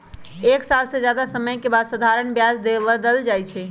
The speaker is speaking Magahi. एक साल से जादे समय के बाद साधारण ब्याज बदल जाई छई